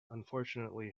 unfortunately